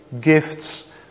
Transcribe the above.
gifts